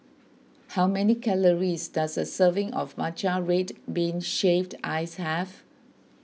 how many calories does a serving of Matcha Red Bean Shaved Ice have